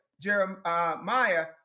Jeremiah